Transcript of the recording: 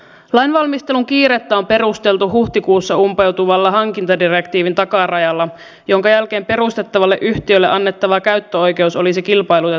lainvalmistelun kiirettä on perusteltu huhtikuussa umpeutuvalla hankintadirektiivin takarajalla jonka jälkeen perustettavalle yhtiölle annettava käyttöoikeus olisi kilpailutettava